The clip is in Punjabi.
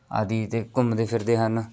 ਆਦਿ 'ਤੇ ਘੁੰਮਦੇ ਫਿਰਦੇ ਹਨ